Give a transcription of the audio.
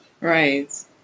Right